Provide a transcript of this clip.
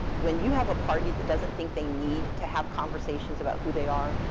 when you have a party that doesn't think they need to have conversations about who they are,